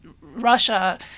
Russia